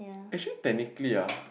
actually technically ah